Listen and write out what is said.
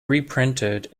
reprinted